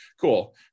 cool